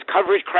coverage